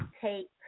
take